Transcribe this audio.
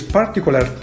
particular